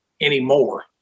anymore